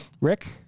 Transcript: Rick